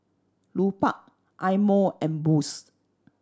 Lupark Eye Mo and Boost